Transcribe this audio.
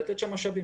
לתת שם משאבים.